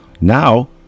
Now